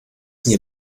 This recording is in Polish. nie